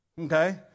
Okay